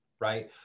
right